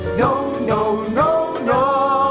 no, no. no, no,